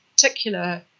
particular